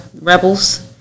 rebels